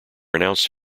announced